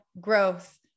growth